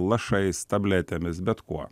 lašais tabletėmis bet kuo